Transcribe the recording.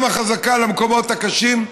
גם החזקה, למקומות הקשים,